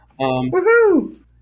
Woohoo